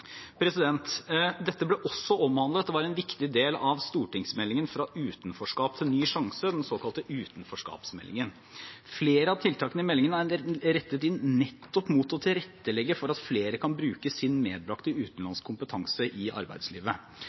Dette ble også omhandlet og var en viktig del av stortingsmeldingen Fra utenforskap til ny sjanse, den såkalte utenforskapsmeldingen. Flere av tiltakene i meldingen er rettet inn nettopp mot å tilrettelegge for at flere kan bruke sin medbrakte utenlandske kompetanse i arbeidslivet.